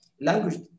language